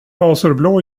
azurblå